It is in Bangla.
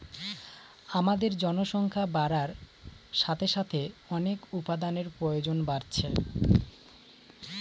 আমাদের জনসংখ্যা বাড়ার সাথে সাথে অনেক উপাদানের প্রয়োজন বাড়ছে